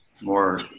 more